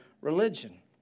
religion